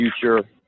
future